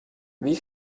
wie